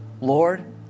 Lord